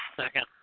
Second